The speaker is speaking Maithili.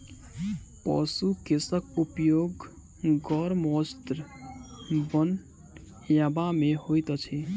पशु केशक उपयोग गर्म वस्त्र बनयबा मे होइत अछि